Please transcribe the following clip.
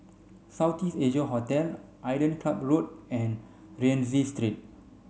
South East Asia Hotel Island Club Road and Rienzi Street